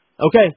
Okay